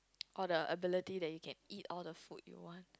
or the ability that you can eat all the food you want